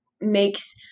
makes